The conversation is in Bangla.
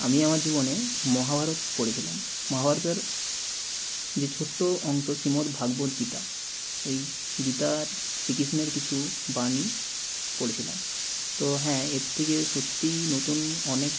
আমি আমার জীবনে মহাভারত পড়েছিলাম মহাভারতের যে ছোট্ট অংশ শ্রীমদ্ ভাগবত গীতা ওই গীতার শ্রীকৃষ্ণের কিছু বাণী পড়েছিলাম তো হ্যাঁ এর থেকে সত্যিই নতুন অনেক